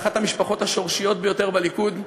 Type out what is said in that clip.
אחת המשפחות השורשיות ביותר בליכוד,